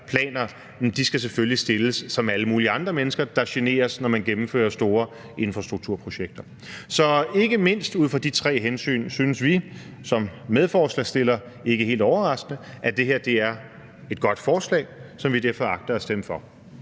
planer, selvfølgelig skal stilles som alle mulige andre mennesker, der generes, når man gennemfører store infrastrukturprojekter. Så ikke mindst ud fra de tre hensyn synes vi som medforslagsstillere ikke helt overraskende, at det her er et godt forslag, som vi derfor agter at stemme for.